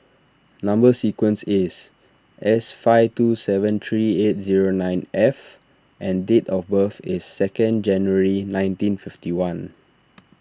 Number Sequence is S five two seven three eight zero nine F and date of birth is second January nineteen fifty one